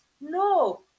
no